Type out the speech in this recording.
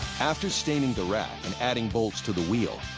after staining the rack and adding bolts to the wheel,